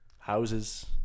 houses